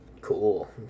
Cool